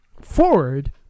forward